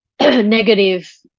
negative